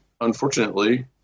unfortunately